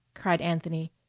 cried anthony,